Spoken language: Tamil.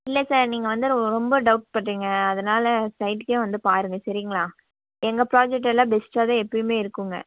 இல்லை சார் நீங்கள் வந்து ரொம்ப டவுட் பண்ணுறீங்க அதனால சைட்டுக்கே வந்து பாருங்கள் சரிங்களா எங்கள் ப்ராஜெக்ட் எல்லாம் பெஸ்ட்டாக தான் எப்போயுமே இருக்குங்க